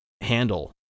handle